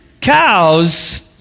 cows